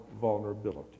vulnerability